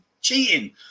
cheating